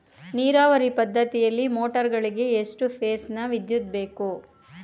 ನೀರಾವರಿ ಪದ್ಧತಿಯಲ್ಲಿ ಮೋಟಾರ್ ಗಳಿಗೆ ಎಷ್ಟು ಫೇಸ್ ನ ವಿದ್ಯುತ್ ಬೇಕು?